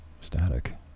static